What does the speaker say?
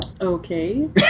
Okay